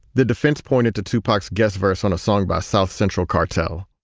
the defense pointed to tupac's guest verse on a song by south central cartel.